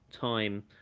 time